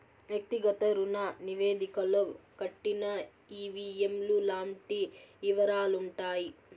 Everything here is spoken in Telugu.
వ్యక్తిగత రుణ నివేదికలో కట్టిన ఈ.వీ.ఎం లు లాంటి యివరాలుంటాయి